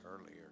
earlier